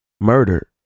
murder